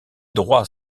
droits